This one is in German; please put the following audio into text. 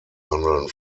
handeln